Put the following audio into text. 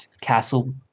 castle